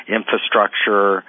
infrastructure